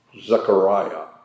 Zechariah